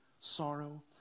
sorrow